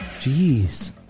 Jeez